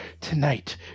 tonight